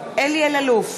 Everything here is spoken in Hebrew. אלי אלאלוף,